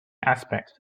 aspects